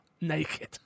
naked